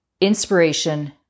inspiration